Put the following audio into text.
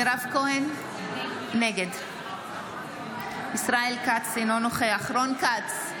מירב כהן, נגד ישראל כץ, אינו נוכח רון כץ,